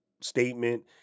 statement